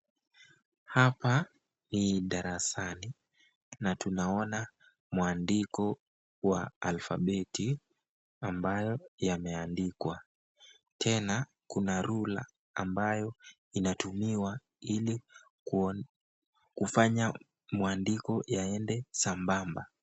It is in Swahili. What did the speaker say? Hapa ni darasani na tunaona mwandiko wa aflabeti ambayo yameandikwa tena kuna rula ambayo inaatumiwa kufanya mwandiko yaende sambamba.